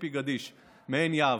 ציפי גדיש מעין יהב.